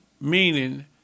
meaning